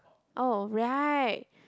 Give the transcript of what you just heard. oh right